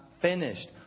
finished